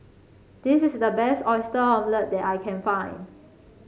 this is the best Oyster Omelette that I can find